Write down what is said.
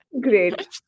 great